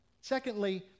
secondly